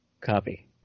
copy